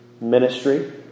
ministry